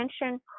attention